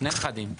שני נכדים.